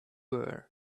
her